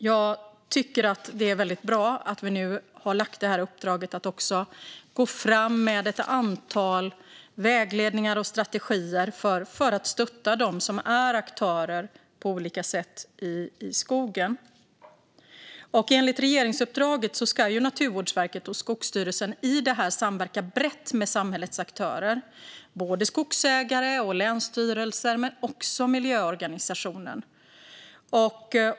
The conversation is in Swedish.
Jag tycker att det är väldigt bra att vi nu har gett uppdraget att gå fram med ett antal vägledningar och strategier för att stötta dem som är aktörer på olika sätt i skogen. Enligt regeringsuppdraget ska Naturvårdsverket och Skogsstyrelsen i detta uppdrag samverka brett med samhällets aktörer - skogsägare och länsstyrelser men också miljöorganisationer.